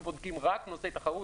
הם בודקים רק נושא של תחרות.